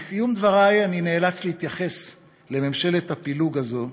לסיום דברי אני נאלץ להתייחס לממשלת הפילוג הזו,